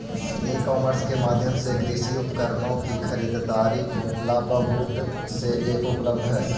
ई commerce के माध्यम से कृषि उपकरणों की खरीदारी ला बहुत से ऐप उपलब्ध हई